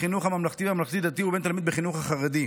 בחינוך הממלכתי והממלכתי-דתי ותלמיד בחינוך החרדי.